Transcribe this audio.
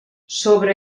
sobre